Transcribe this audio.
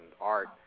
art